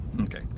Okay